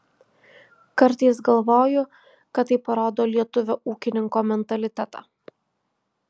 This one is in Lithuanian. kartais galvoju kad tai parodo lietuvio ūkininko mentalitetą